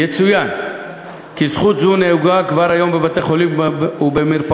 יצוין כי זכות זו נהוגה כבר כיום בבתי-החולים ובמרפאות,